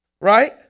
Right